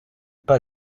pas